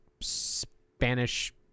Spanish